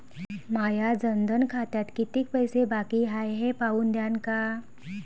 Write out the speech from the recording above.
माया जनधन खात्यात कितीक पैसे बाकी हाय हे पाहून द्यान का?